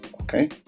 Okay